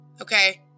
Okay